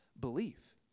belief